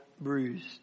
bruised